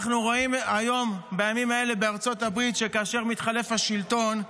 אנחנו רואים בימים האלה בארצות הברית כאשר מתחלף השלטון,